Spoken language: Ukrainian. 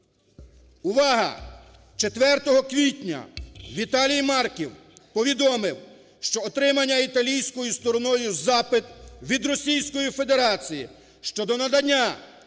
Четвертого квітня Віталій Марків повідомив, що отримання італійською стороною запит від Російської Федерації щодо надання